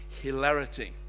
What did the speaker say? hilarity